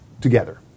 together